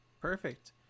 perfect